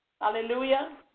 Hallelujah